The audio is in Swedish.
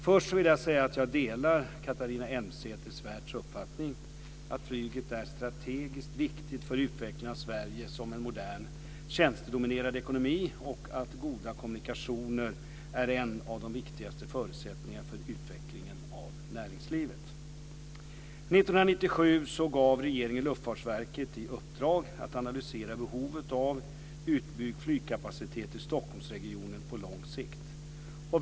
Först vill jag säga att jag delar Catharina Elmsäter-Svärds uppfattning att flyget är strategiskt viktigt för utvecklingen av Sverige som en modern tjänstedominerad ekonomi och att goda kommunikationer är en av de viktigaste förutsättningarna för utvecklingen av näringslivet. 1997 gav regeringen Luftfartsverket i uppdrag att analysera behovet av utbyggd flygplatskapacitet i Stockholmsregionen på lång sikt.